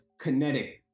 kinetic